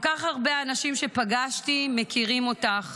כל כך הרבה אנשים שפגשתי מכירים אותך